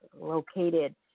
located